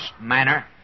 manner